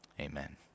Amen